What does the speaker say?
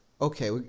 okay